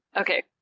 Okay